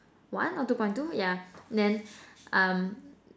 one or two point two yeah then um